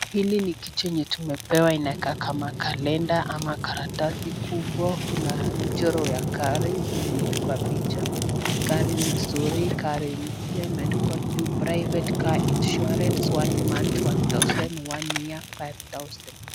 Hili ni kitu yenye tumepewa inakaa kama kalenda ama karatasi kubwa, kuna mchoro ya gari yenye imepigwa picha, gari mzuri, gari mpya, imeandikwa juu private car insurance one month one thousand one year five thousand .